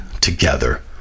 together